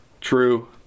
True